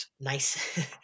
nice